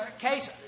case